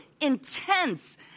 intense